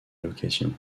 location